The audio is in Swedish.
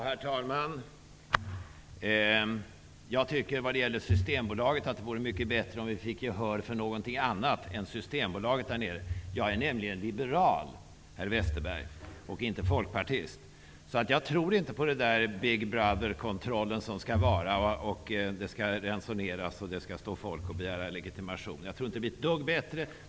Herr talman! Jag tycker att det vore mycket bättre om vi fick gehör för någonting annat än Systembolaget där nere. Jag är nämligen liberal, herr Westerberg, inte folkpartist. Jag tror därför inte på ''big brother-kontrollen'', på att det skall ransoneras och att folk skall stå och begära legitimation. Jag tror inte att det blir ett dugg bättre.